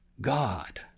God